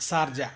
Sharjah